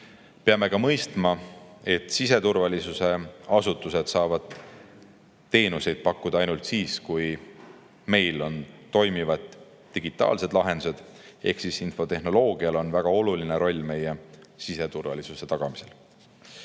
Peame mõistma, et siseturvalisuse asutused saavad teenuseid pakkuda ainult siis, kui meil on toimivad digitaalsed lahendused. Ehk siis infotehnoloogial on väga oluline roll meie siseturvalisuse tagamisel.